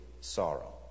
sorrow